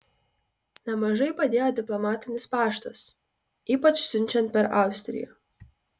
nemažai padėjo diplomatinis paštas ypač siunčiant per austriją